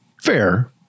fair